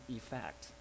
effect